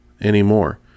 anymore